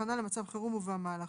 כהכנה למצב חירום ובמהלכו,